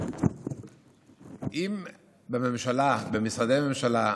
אם בממשלה, במשרדי הממשלה,